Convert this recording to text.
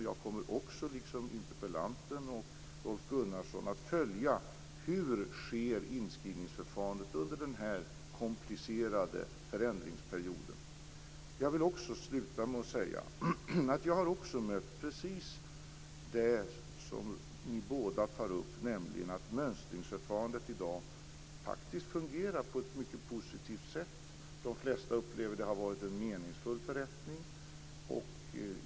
Jag kommer också, liksom interpellanten och Rolf Gunnarsson, att följa hur inskrivningsförfarandet sker under den här komplicerade förändringsperioden. Jag vill sluta med att säga att jag också har mött precis det som ni båda tar upp, nämligen att mönstringsförfarandet i dag fungerar på ett mycket positivt sätt. De flesta upplever att det har varit en meningsfull förrättning.